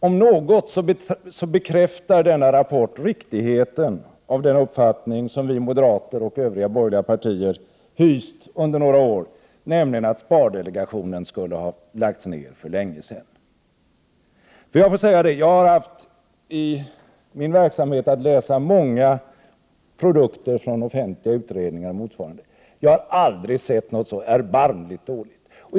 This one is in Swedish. Om något bekräftar denna rapport riktigheten av den uppfattning som vi moderater och övriga borgerliga partier hyst under några år, nämligen att spardelegationen borde ha lagts ned för länge sedan. Jag får säga att jag i min verksamhet har haft att läsa många produkter från offentliga utredningar och motsvarande organ, men jag har aldrig sett något så erbarmligt dåligt.